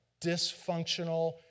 dysfunctional